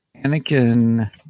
Anakin